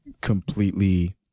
completely